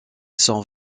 son